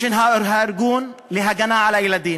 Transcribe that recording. הארגון להגנה על הילדים,